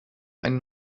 ein